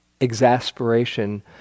exasperation